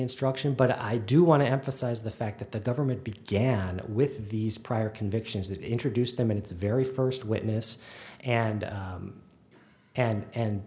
instruction but i do want to emphasize the fact that the government began with these prior convictions that introduced them in it's very first witness and and